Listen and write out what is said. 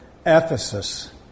Ephesus